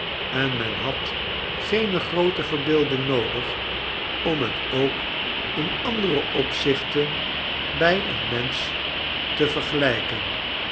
en men had geene groote veaeesoodigfom het ook in and'ere opzichten bij een mensch te versen